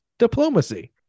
diplomacy